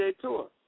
Tour